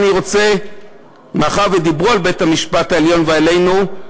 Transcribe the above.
מאחר שדיברו על בית-המשפט העליון ועלינו,